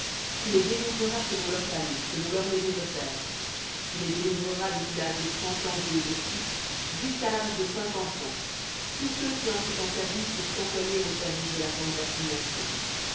tu les dénombreras selon leurs familles selon leurs maisons de pères tu les dénombreras depuis l'âge de trente ans et au-dessus jusqu'à l'âge de cinquante ans tous ceux qui entrent en service pour s'employer au service de la tente d'assignation